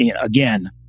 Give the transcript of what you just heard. again